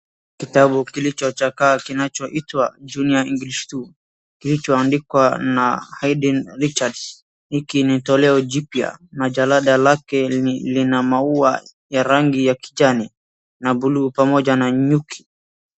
Kitabu kilichochakaa kinaitwa Junior English 2 kilichoandikwa na Haydn Richards. Hiki ni toleo jipya na jalada lake lina maua ya rangi ya kijani na buluu pamoja na nyuki.